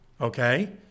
Okay